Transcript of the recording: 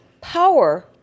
power